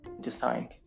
design